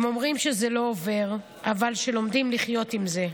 הם אומרים שזה לא עובר, אבל שלומדים לחיות עם זה.